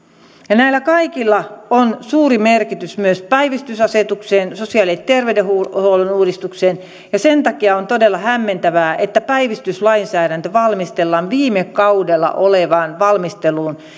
näillä kaikilla on suuri merkitys myös päivystysasetukselle sosiaali ja terveydenhuollon uudistukselle ja sen takia on todella hämmentävää että päivystyslainsäädäntö valmistellaan viime kaudelta olevaan valmisteluun